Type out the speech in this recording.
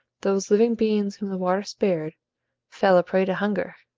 those living beings whom the water spared fell a prey to hunger.